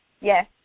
Yes